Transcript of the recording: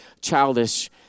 childish